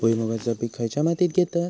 भुईमुगाचा पीक खयच्या मातीत घेतत?